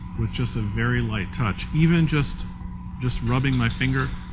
with just a very light touch. even just just rubbing my finger,